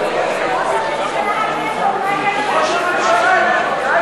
אולי נחכה לשובו של ראש